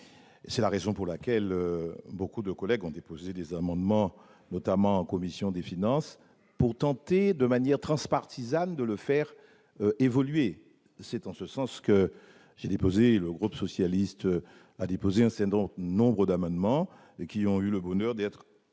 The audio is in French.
C'est la raison pour laquelle de nombreux collègues ont déposé des amendements, notamment en commission des finances, pour tenter de manière transpartisane de le faire évoluer. C'est en ce sens que le groupe socialiste et républicain a déposé un certain nombre d'amendements, qui ont eu le bonheur d'être